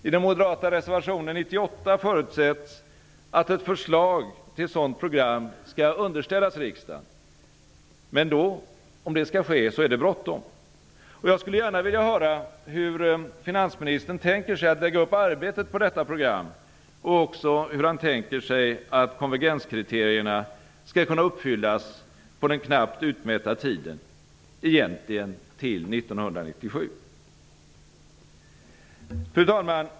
I den moderata reservationen 98 förutsätts att ett förslag till sådant program skall underställas riksdagen, men då är det bråttom. Jag skulle gärna vilja höra hur finansministern tänker sig att lägga upp arbetet på detta program och också hur han tänker sig att konvergenskriterierna skall kunna uppfyllas på den knappt utmätta tiden, egentligen till 1997. Fru talman!